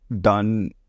Done